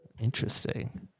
interesting